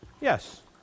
Yes